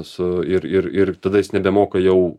su ir ir ir tada jis nebemoka jau